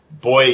boy